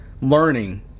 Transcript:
learning